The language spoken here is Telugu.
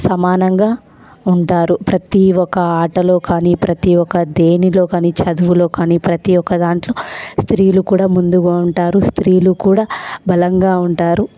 సమానంగా ఉంటారు ప్రతీ ఒక్క ఆటలో కాని ప్రతీ ఒక్క దేనిలో కాని చదువులో కాని ప్రతీ ఒక్క దాంట్లో స్త్రీలు కూడా ముందుగా ఉంటారు స్త్రీలు కూడా బలంగా ఉంటారు